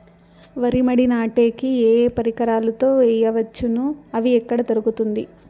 వరి మడి నాటే కి ఏ పరికరాలు తో వేయవచ్చును అవి ఎక్కడ దొరుకుతుంది?